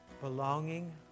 belonging